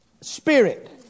spirit